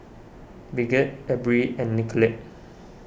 Bridgett Abril and Nicolette